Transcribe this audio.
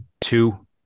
two